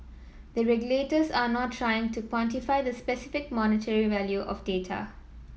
the regulators are not trying to quantify the specific monetary value of data